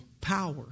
power